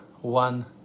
one